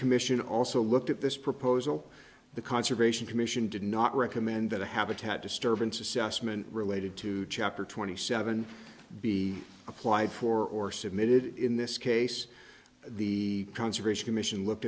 commission also looked at this proposal the conservation commission did not recommend that a habitat disturbance assessment related to chapter twenty seven be applied for or submitted in this case the conservation commission looked